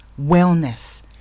wellness